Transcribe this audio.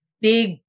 big